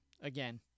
Again